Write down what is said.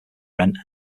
rent